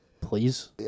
Please